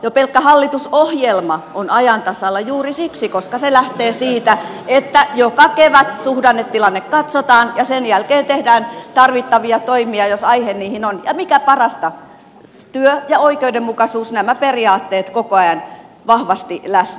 jo pelkkä hallitusohjelma on ajan tasalla juuri siksi että se lähtee siitä että joka kevät suhdannetilanne katsotaan ja sen jälkeen tehdään tarvittavia toimia jos aihe niihin on ja mikä parasta työ ja oikeudenmukaisuus nämä periaatteet koko ajan vahvasti läsnä